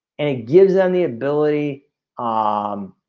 and it gives them the ability um